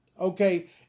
Okay